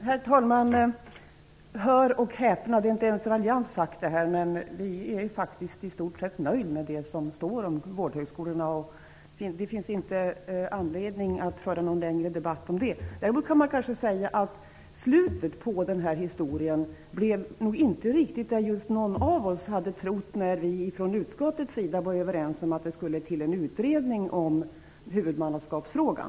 Herr talman! Hör och häpna, detta är inte ens raljant sagt: Vi är i stort sett nöjda med det som står om vårdhögskolorna. Det finns inte anledning att föra någon längre debatt om det. Däremot kan man kanske säga att slutet på denna historia nog inte blev det vi hade trott, när vi från utskottets sida var överens om att det skulle till en utredning om huvudmannaskapsfrågan.